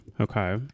Okay